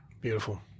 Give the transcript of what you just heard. beautiful